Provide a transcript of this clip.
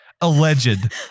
Alleged